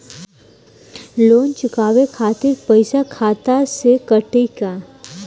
Loan चुकावे खातिर पईसा खाता से कटी का?